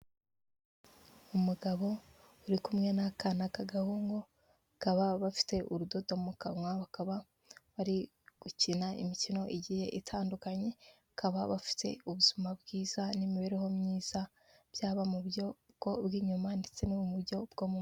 Umugabo uri kumwe n'akana k'agahungu, bakaba bafite urudodo mu kanwa, bakaba bari gukina imikino igiye itandukanye, bakaba bafite ubuzima bwiza n'imibereho myiza, byaba mu buryo bw'inyuma ndetse no buryo bwo mu...